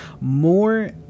More